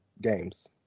games